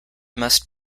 must